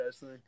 Guys